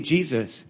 Jesus